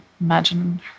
Imagine